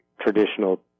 traditional